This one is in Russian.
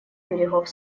берегов